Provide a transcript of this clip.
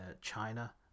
China